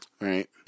Right